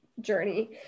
journey